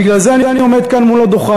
ובגלל זה אני עומד כאן על הדוכן.